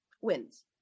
wins